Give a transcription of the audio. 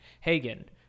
Hagen